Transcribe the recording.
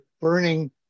burning